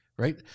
Right